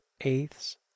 eighths